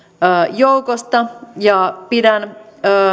joukosta ja pidän